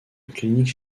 clinique